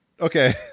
Okay